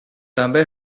també